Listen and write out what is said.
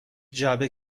جعبه